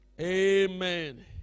Amen